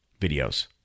videos